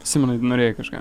simonai norėjai kažką